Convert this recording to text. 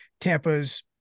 Tampa's